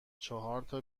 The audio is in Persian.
چهارتا